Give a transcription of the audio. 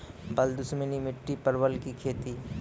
बल दुश्मनी मिट्टी परवल की खेती?